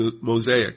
mosaic